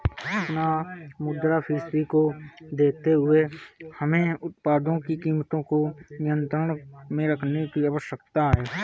पुनः मुद्रास्फीति को देखते हुए हमें उत्पादों की कीमतों को नियंत्रण में रखने की आवश्यकता है